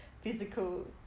physical